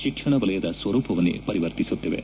ಶಿಕ್ಷಣ ವಲಯದ ಸ್ನರೂಪವನ್ನೇ ಪರಿವರ್ತಿಸುತ್ತಿವೆ